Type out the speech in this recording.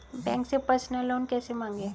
Bank से personal loan कैसे मांगें?